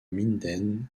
minden